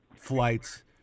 flights